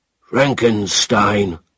Frankenstein